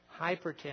hypertension